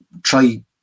Try